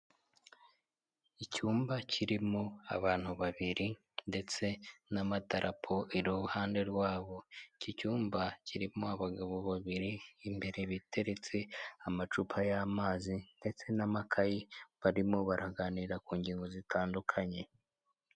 Icyumba kirimo abantu babiri ndetse n'amadarapo iruhande rwabo, iki cyumba kirimo abagabo babiri, imbere biteretse amacupa y'amazi ndetse n'amakayi barimo baraganira ku ngingo zitandukanye.